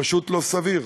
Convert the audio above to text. פשוט לא סביר.